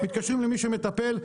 מתקשרים למי שמטפל,